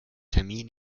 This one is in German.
termin